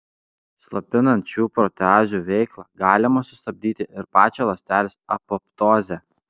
slopinant šių proteazių veiklą galima sustabdyti ir pačią ląstelės apoptozę